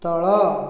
ତଳ